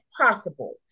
possible